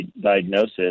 diagnosis